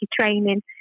training